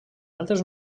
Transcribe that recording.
altres